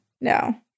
No